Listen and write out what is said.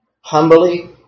Humbly